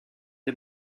des